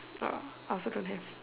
orh I also don't have